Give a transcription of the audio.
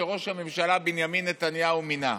שראש הממשלה בנימין נתניהו מינה,